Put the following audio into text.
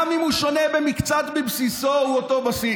גם אם הוא שונה במקצת, בבסיסו הוא אותו בסיס.